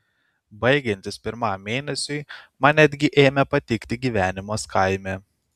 baigiantis pirmam mėnesiui man netgi ėmė patikti gyvenimas kaime